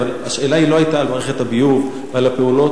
אבל השאלה לא היתה על מערכת הביוב ועל הפעולות